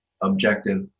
objective